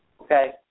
Okay